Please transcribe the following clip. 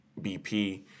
BP